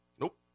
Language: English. Nope